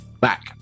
Back